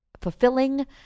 fulfilling